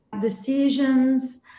decisions